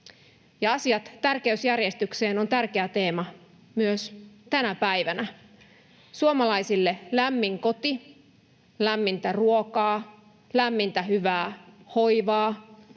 asiat tärkeysjärjestykseen on tärkeä teema myös tänä päivänä. Suomalaisille lämmin koti, lämmintä ruokaa, lämmintä hyvää hoivaa,